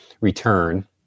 return